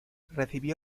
recibió